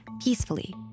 peacefully